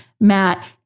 Matt